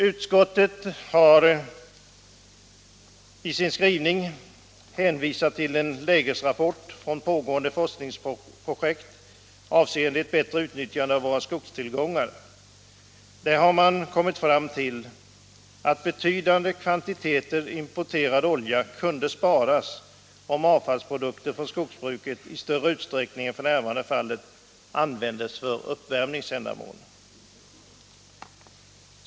Utskottet har i sin skrivning hänvisat till en lägesrapport från pågående forskningsprojekt, avseende ett bättre utnyttjande av våra skogstillgångar. Där har man kommit fram till att betydande kvantiteter importerad olja kunde sparas, om avfallsprodukter från skogsbruket i större utsträckning än f.n. användes för uppvärmningsändamål.